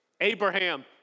Abraham